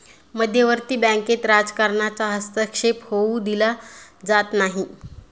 मध्यवर्ती बँकेत राजकारणाचा हस्तक्षेप होऊ दिला जात नाही